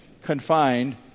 Confined